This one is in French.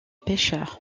pêcheur